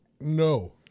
No